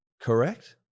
correct